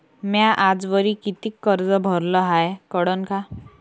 म्या आजवरी कितीक कर्ज भरलं हाय कळन का?